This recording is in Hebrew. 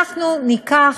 אנחנו ניקח